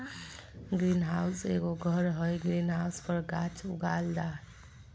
green house एगो घर हइ, ग्रीन हाउस पर गाछ उगाल जा हइ